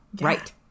right